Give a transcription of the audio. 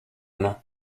main